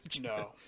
No